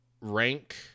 rank